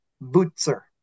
Butzer